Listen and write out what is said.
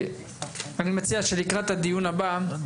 אני מציע שלקראת הדיון הבא אנחנו